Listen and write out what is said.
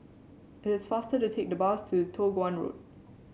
it is faster to take the bus to Toh Guan Road